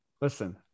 Listen